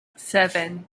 seven